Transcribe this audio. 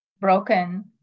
broken